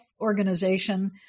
Organization